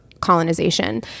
colonization